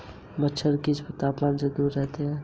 मच्छर किस तापमान से दूर जाते हैं?